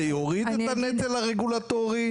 זה יוריד את הנטל הרגולטורי?